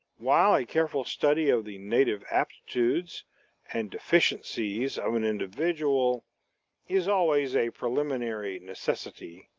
while a careful study of the native aptitudes and deficiencies of an individual is always a preliminary necessity,